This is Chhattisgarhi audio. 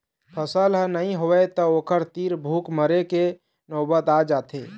फसल ह नइ होवय त ओखर तीर भूख मरे के नउबत आ जाथे